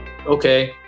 okay